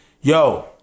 Yo